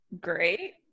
Great